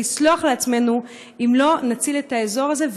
לסלוח לעצמנו אם לא נציל את האזור הזה.